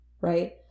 right